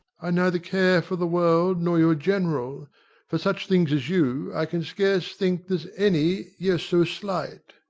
i neither care for the world nor your general for such things as you, i can scarce think there's any, y'are so slight.